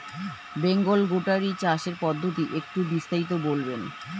Bengal goatery চাষের পদ্ধতি একটু বিস্তারিত বলবেন?